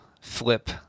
flip